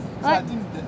what